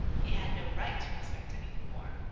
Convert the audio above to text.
he had no right to expect anything more,